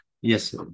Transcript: Yes